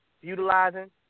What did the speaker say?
utilizing